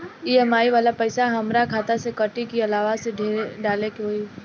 EMI वाला पैसा हाम्रा खाता से कटी की अलावा से डाले के होई?